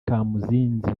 kamuzinzi